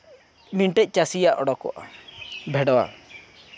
ᱢᱤᱫᱴᱮᱡ ᱪᱟᱹᱥᱤᱭᱟᱜ ᱚᱰᱳᱠᱚᱜᱼᱟ ᱵᱷᱮᱰᱣᱟ